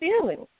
feelings